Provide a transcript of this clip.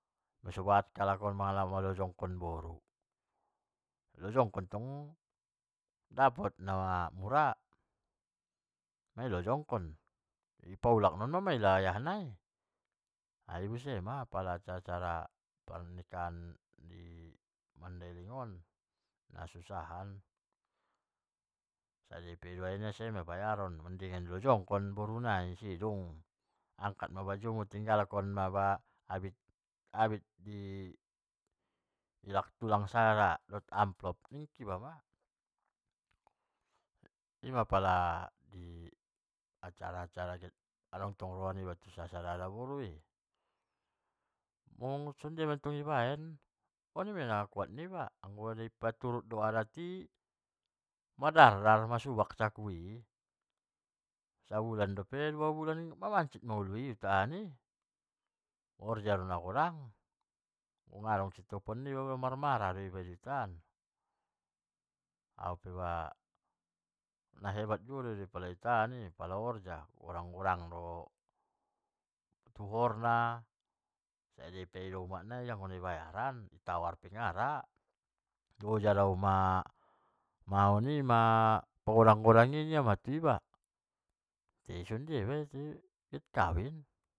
So bahat halak on malojongkon boru, lojongkon tong dapot na murah, mailojong kon, i paulak non mamaila ayah nai, soni buse ma, pala acara-acara pernikahan mandailing on nasusahan, sadia i pangido ia sai ma bayaron, mending di lojongkon boru nai sidung, akkat ma baju mu tinggalkon ma abit di alak tulang sada dohot amplop, niba ma, in ma pala acara-acara holong tong roa niba tu sada-sada boru i, son dia mattong na kuat niba, anggo na i paturut tong adat i madar-dar masuak caku i. sabulan dua bulan mamaccit ma ulu i natahan i, horja do nagodang, nadong sitokohon niba marmara do iba i kan, akka nahebat juo do pernikahan i pala horja, godang-godang tuhor na, sadia ni umak nai okkon dibayaran, di tawar pe nara, loja do iba pagodang-godang i nia ma tu iba, tai son dia ma, giot kawin.